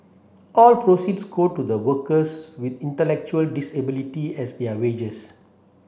all proceeds go to the workers with intellectual disability as their wages